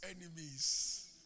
enemies